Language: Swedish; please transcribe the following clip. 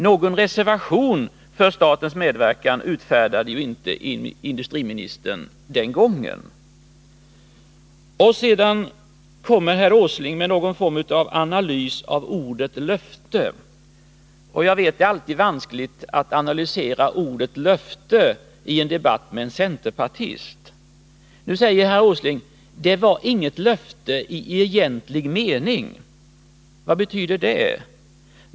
Någon reservation för statens medverkan utfärdade ju inte industriministern den gången. Herr Åsling kommer sedan med någon form av analys av ordet löfte. Jag vet att det alltid är vanskligt att analysera det ordet i en debatt med en centerpartist. Nu säger herr Åsling: Det var inget löfte i egentlig mening. Vad betyder det?